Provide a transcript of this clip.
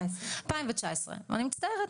2019. אני מצטרעת,